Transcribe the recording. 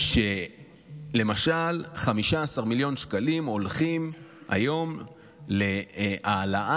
שלמשל 15 מיליון שקלים הולכים היום להעלאת